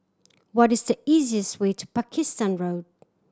what is the easiest way to Pakistan Road